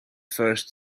first